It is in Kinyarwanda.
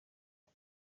aho